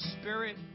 Spirit